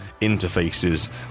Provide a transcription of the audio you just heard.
interfaces